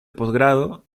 posgrado